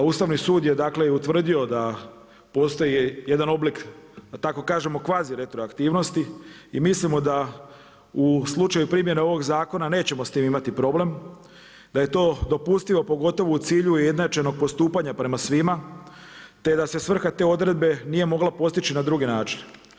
Ustavni sud je dakle i utvrdio da postoji jedan oblik da tako kažemo kvazi-retroaktivnosti i mislimo da u slučaju primjene ovoga zakona nećemo s tim imati problem, da je to dopustivo pogotovo u cilju ujednačenog postupanja prema svima te da se svrha te odredbe nije mogla postići na drugi način.